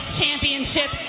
championship